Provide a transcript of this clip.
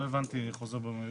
לא הבנתי, חוזר בו?